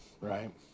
right